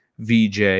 VJ